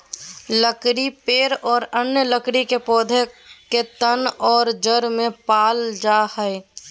लकड़ी पेड़ और अन्य लकड़ी के पौधा के तन और जड़ में पाल जा हइ